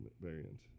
variant